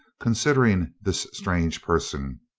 considering this strange person.